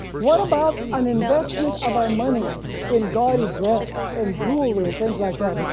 what about an investment of our money in gaudy dress and jewelry and things like that?